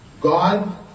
God